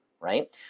right